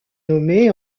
nommée